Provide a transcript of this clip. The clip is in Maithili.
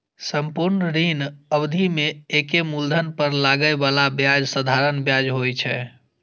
संपूर्ण ऋण अवधि मे एके मूलधन पर लागै बला ब्याज साधारण ब्याज होइ छै